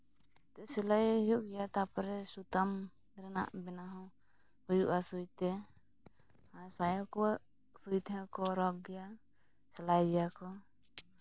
ᱥᱤᱞᱟᱭ ᱦᱩᱭᱩᱜ ᱜᱮᱭᱟ ᱛᱟᱨᱯᱚᱨᱮ ᱥᱩᱛᱟᱹᱢ ᱨᱮᱱᱟᱜ ᱵᱮᱱᱟᱣ ᱦᱚᱸ ᱦᱩᱭᱩᱜᱼᱟ ᱥᱩᱭᱛᱮ ᱟᱨ ᱥᱟᱭᱟ ᱠᱚ ᱥᱩᱭ ᱛᱮᱦᱚᱸ ᱠᱚ ᱨᱚᱜᱽ ᱜᱮᱭᱟ ᱥᱤᱞᱟᱭ ᱜᱮᱭᱟ ᱠᱚ